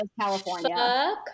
california